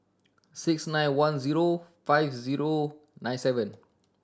six nine one zero five zero nine seven